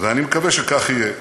ואני מקווה שכך יהיה.